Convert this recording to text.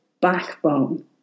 backbone